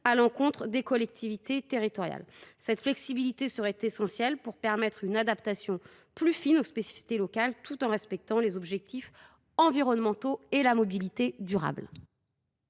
à leur encontre ? Une telle flexibilité est essentielle pour permettre une adaptation plus fine aux spécificités locales, tout en respectant les objectifs environnementaux et de mobilité durable.